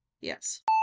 Yes